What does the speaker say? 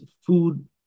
food